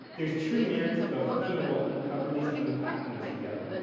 there's true merits to both of them and we'll uncover these don't unpack them as we go.